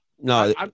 No